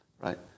right